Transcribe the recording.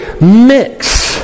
mix